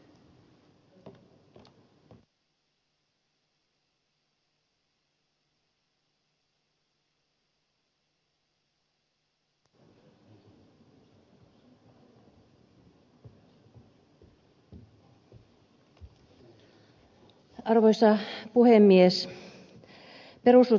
arvoisa puhemies